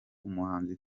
umuhanzi